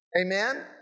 Amen